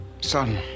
Son